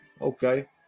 Okay